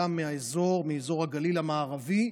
גם היא מאזור הגליל המערבי,